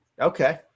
Okay